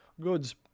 goods